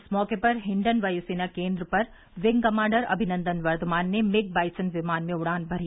इस मौके पर हिंडन वायुसेना केन्द्र पर विंग कमांडर अभिनंदन वर्धमान ने मिग बाइसन विमान में उड़ान भरी